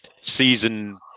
season